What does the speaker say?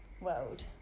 world